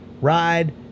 ride